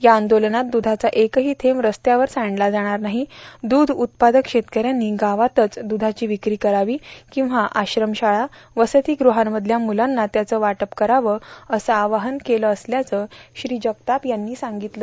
या आंदोलनात द्र्धाचा एकही थेंब रस्त्यावर सांडला जाणार नाही दूध उत्पादक शेतकऱ्यांनी गावातच द्रधाची विक्री करावी किंवा आश्रमशाळा वसतिग्रहांमधल्या म्रलांना त्याचं वाटप करावं असं आवाहन केलं असल्याचं श्री जगताप यांनी सांगितलं